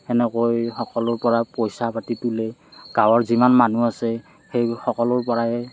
সেনেকৈ সকলোৰ পৰা পইচা পাতি তোলে গাঁৱৰ যিমান মানুহ আছে সেই সকলোৰ পৰাই